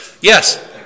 Yes